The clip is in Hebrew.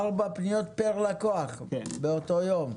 ארבע פניות פר לקוח באותו יום.